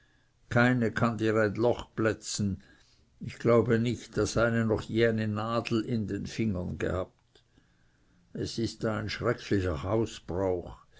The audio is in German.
keine kann dir ein loch plätzen ich glaube nicht daß eine noch je eine nadel in den fingern gehabt hat es ist da ein schrecklicher hausbrauch